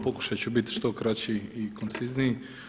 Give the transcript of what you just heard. Pokušat ću bit što kraći i koncizniji.